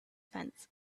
fence